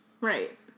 Right